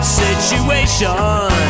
situation